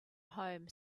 home